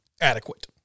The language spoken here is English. adequate